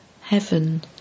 heaven